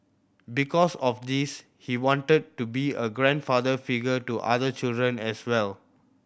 because of this he wanted to be a grandfather figure to other children as well